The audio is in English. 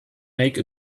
make